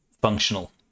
functional